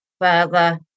further